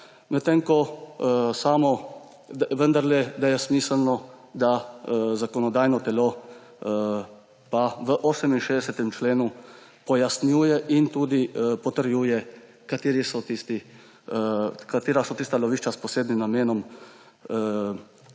ministra vlada, vendar bi bilo smiselno, da zakonodajno telo v 68. členu pojasnjuje in tudi potrjuje, katera so tista lovišča s posebnim namenom,